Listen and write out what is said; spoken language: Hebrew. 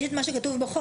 יש את מה שכתוב בחוק,